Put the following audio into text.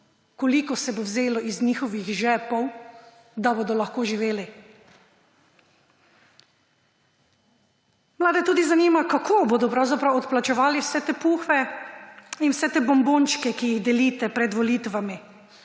koliko se bo vzelo iz njihovih žepov, da bodo lahko živeli. Mlade tudi zanima, kako bodo pravzaprav odplačevali vse te pufe in vse te bombončke, ki jih delite pred volitvami,